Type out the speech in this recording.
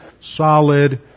solid